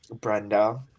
Brenda